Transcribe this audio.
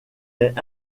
est